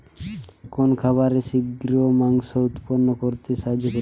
কোন খাবারে শিঘ্র মাংস উৎপন্ন করতে সাহায্য করে?